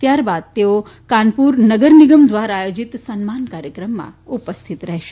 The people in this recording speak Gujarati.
ત્યારબાદ તેઓ કાનપુર નગર નિગમ ધ્વારા આયોજીત સન્માન કાર્યક્રમમાં ઉપસ્થિત રહેશે